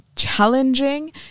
Challenging